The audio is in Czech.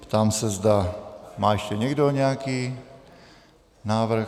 Ptám se, zda má ještě někdo nějaký návrh.